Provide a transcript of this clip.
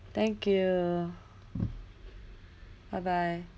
thank you bye bye